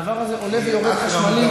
הדבר הזה עולה ויורד חשמלית.